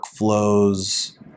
workflows